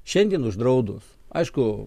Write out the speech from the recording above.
šiandien uždraudus aišku